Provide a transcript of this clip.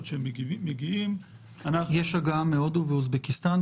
יש הגעה מהודו ומאוזבקיסטן?